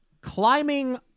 climbing